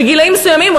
בגילאים מסוימים,